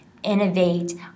innovate